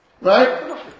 right